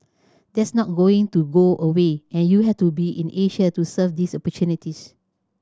that's not going to go away and you have to be in Asia to serve these opportunities